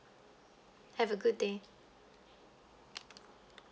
have a good day